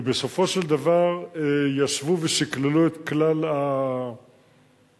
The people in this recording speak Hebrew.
בסופו של דבר, ישבו ושקללו את כלל האפשרויות,